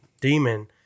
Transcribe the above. demon